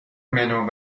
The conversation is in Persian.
منو